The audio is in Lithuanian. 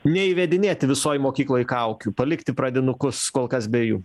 neįvedinėti visoj mokykloj kaukių palikti pradinukus kol kas be jų